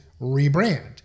rebrand